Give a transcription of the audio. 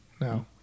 No